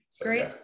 Great